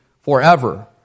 forever